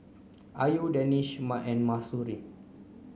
Ayu Danish and Mahsuri